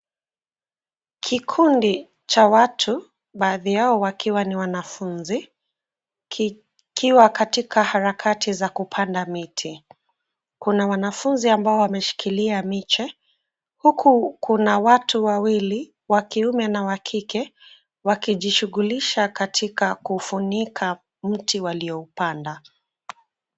Kikundi cha watu baadhi yao wakiwa ni wanafunzi; kikiwa katika harakati za kupanda miti. Kuna wanafunzi ambao wameshikilia miche, huku kuna watu wawili; wakiume na wakike wakijishughulisha katika kuufunika mti walioupanda.